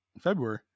february